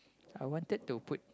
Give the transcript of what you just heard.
I wanted to put